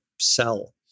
sell